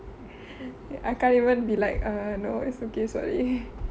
I can't even be like err no it's okay slowly